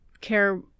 care